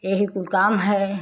यही कुल काम है